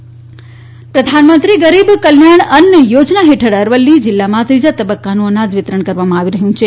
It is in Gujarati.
ગરીબ કલ્યાણ અન્ન પ્રધાનમંત્રી ગરીબ કલ્યાણ અન્ન યોજના હેઠળ અરવલ્લી જિલ્લામાં ત્રીજા તબક્કાનું અનાજ વિતરણ કરવામાં આવી રહ્યું છે